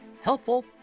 helpful